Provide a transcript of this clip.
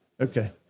Okay